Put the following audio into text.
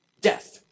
death